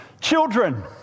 Children